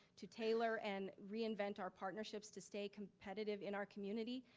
to tailor and reinvent our partnerships to stay competitive in our community.